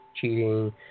cheating